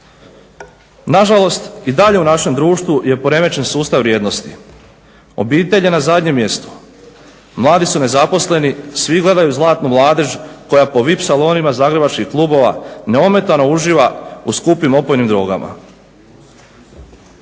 Nažalost, i dalje u našem društvu je poremećen sustav vrijednosti. Obitelj je na zadnjem mjestu, mladi su nezaposleni, svi gledaju zlatnu mladež koja po VIP salonima zagrebačkih klubova neometano uživa u skupim opojnim drogama.